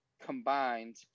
combined